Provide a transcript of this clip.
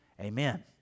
Amen